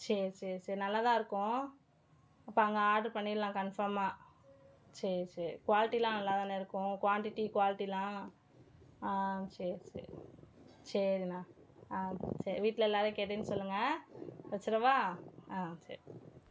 சரி சரி சேரி நல்லாதான் இருக்கும் அப்போ அங்கே ஆட்ரு பண்ணிடலாம் கன்ஃபார்மாக சரி சரி குவாலிட்டியெலாம் நல்லாதான இருக்கும் குவான்டிட்டி குவாலிட்டியெல்லாம் ஆ சரி சரி சரிண்ணா ஆ சரி வீட்டில் எல்லோரையும் கேட்டேன்னு சொல்லுங்க வச்சுரவா ஆ சரி